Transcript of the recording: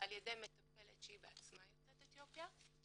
על-ידי מטפלת שהיא עצמה יוצאת אתיופיה.